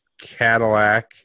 Cadillac